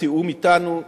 בתיאום אתנו,